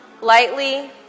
lightly